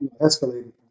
escalated